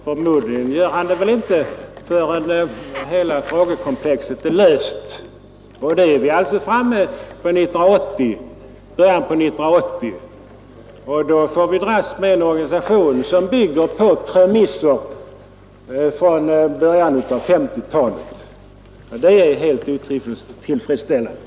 Förmodligen gör han det inte förrän hela det stora frågekomplexet kyrka—stat är färdigbehandlat, och då är vi framme vid början på 1980-talet. I så fall får vi fram till dess dras med en organisation som bygger på premisser från början av 1950-talet, och det är helt otillfredsställande.